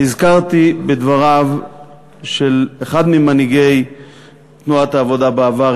נזכרתי בדבריו של אחד ממנהיגי תנועת העבודה בעבר,